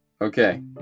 Okay